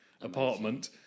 apartment